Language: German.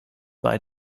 bei